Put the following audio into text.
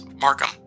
Markham